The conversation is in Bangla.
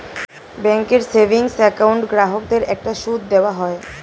ব্যাঙ্কের সেভিংস অ্যাকাউন্ট গ্রাহকদের একটা সুদ দেওয়া হয়